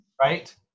Right